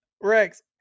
Rex